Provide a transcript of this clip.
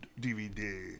DVD